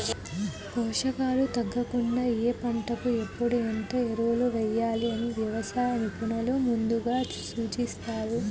పోషకాలు తగ్గకుండా ఏ పంటకు ఎప్పుడు ఎంత ఎరువులు వేయాలి అని వ్యవసాయ నిపుణులు ముందుగానే సూచిస్తారు